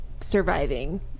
surviving